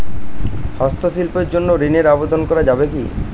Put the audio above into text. হস্তশিল্পের জন্য ঋনের আবেদন করা যাবে কি?